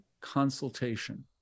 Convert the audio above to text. consultation